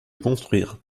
construire